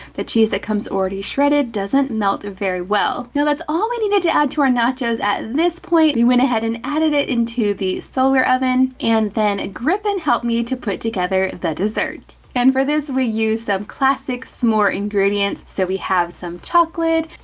the cheese that comes already shredded doesn't melt very well. now that's all we needed to add to our nachos, at this point, we went ahead and added it into these solar oven, and then a griffin helped me to put together the dessert. and for this, we use some classics s'more ingredients, so we have some chocolate,